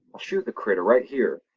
i'll shoot the critter, right here,